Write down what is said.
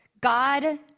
God